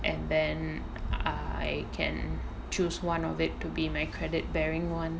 and then I can choose one of it to be my credit bearing [one]